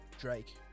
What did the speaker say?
Drake